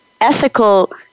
ethical